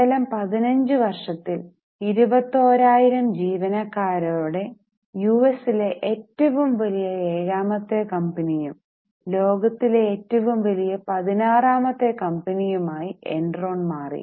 കേവലം 15 വർഷത്തിൽ 21000 ജീവനക്കാരോടെ യു എസ് ലെ ഏറ്റവും വലിയ ഏഴാമത്തെ കമ്പനിയും ലോകത്തിലെ ഏറ്റവും വലിയ പതിനാറാമത്തെ കമ്പനിയും ആയി എൻറോൺ മാറി